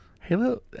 Halo